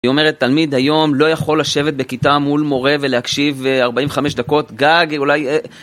היא אומרת תלמיד היום לא יכול לשבת בכיתה מול מורה ולהקשיב 45 דקות גג אולי